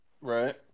Right